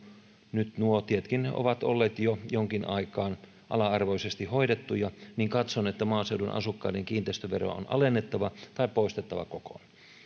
nyt nuo tietkin ovat olleet jo jonkin aikaa ala arvoisesti hoidettuja niin katson että maaseudun asukkaiden kiinteistöveroa on alennettava tai poistettava se kokonaan